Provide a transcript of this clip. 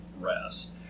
rest